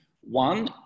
One